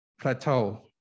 plateau